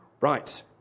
right